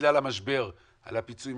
בגלל המשבר הפיצוי,